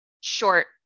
short